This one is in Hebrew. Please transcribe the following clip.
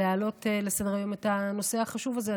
להעלות לסדר-היום את הנושא החשוב הזה.